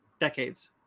decades